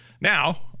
now